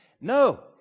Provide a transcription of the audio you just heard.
no